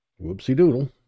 Whoopsie-doodle